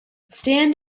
stand